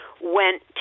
went